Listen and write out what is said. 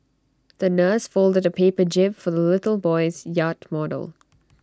the nurse folded A paper jib for the little boy's yacht model